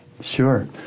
Sure